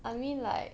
I mean like